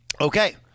Okay